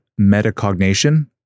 metacognition